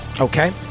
Okay